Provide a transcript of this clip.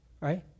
right